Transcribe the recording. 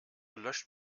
löscht